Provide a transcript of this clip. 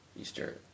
Easter